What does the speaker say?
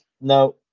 No